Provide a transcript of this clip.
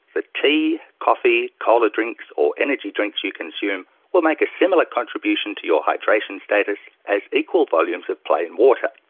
the tea, coffee, cola drinks or energy drinks you consume will make a similar contribution to your hydration status as equal volumes of plain water.